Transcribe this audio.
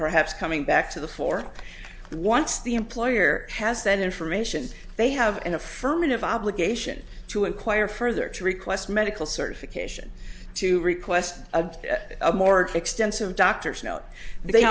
perhaps coming back to the fore once the employer has that information they have an affirmative obligation to inquire further to request medical certification to request a more extensive doctor's note they